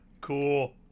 cool